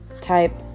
type